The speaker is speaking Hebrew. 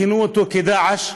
שכינו אותו "דאעש",